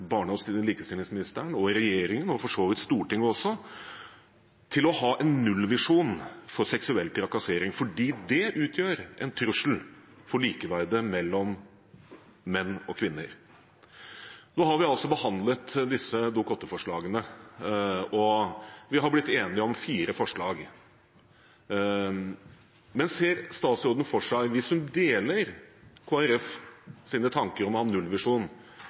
barne- og likestillingsministeren og regjeringen – og for så vidt Stortinget også – til å ha en nullvisjon for seksuell trakassering, fordi det utgjør en trussel mot likeverdet mellom menn og kvinner. Nå har vi altså behandlet disse Dokument 8-forslagene, og vi er blitt enige om fire forslag. Men ser statsråden for seg, hvis hun deler Kristelig Folkepartis tanker om